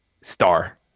Star